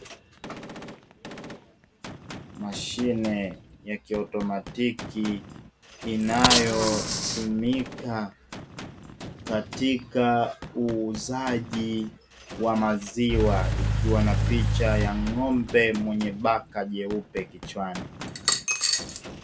Mashine ya kiautomatiki; inayotumika katika uuzaji wa maziwa ikiwa na picha ya ng'ombe mwenye baka jeupe kichwani.